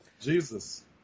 Jesus